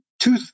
Two